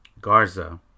Garza